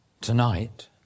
tonight